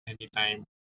anytime